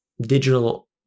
digital